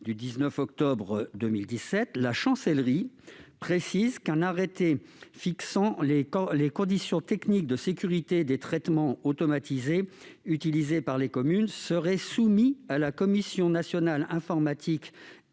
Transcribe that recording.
du 19 octobre 2017, la Chancellerie précise qu'un « arrêté fixant les conditions techniques de sécurité des traitements automatisés utilisés par les communes [serait] soumis à la Commission nationale de l'informatique